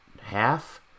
half